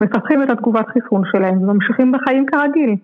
‫מפתחים את התגובת חיסון שלהם, ‫וממשיכים בחיים כרגיל.